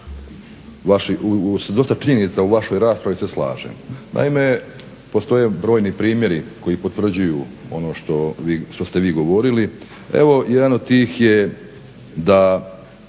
dosta činjenica u vašoj raspravi se slažem. Naime, postoje brojni primjeri koji potvrđuju ono što ste vi govorili. Evo jedan od tih je